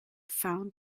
found